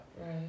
Right